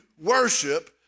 worship